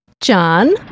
John